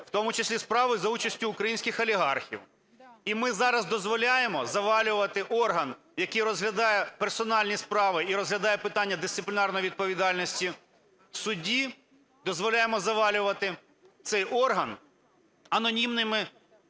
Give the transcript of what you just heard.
в тому числі справи за участю українських олігархів. І ми зараз дозволяємо завалювати орган, який розглядає персональні справи і розглядає питання дисциплінарної відповідальності судді, дозволяємо завалювати цей орган анонімними